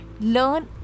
Learn